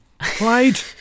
played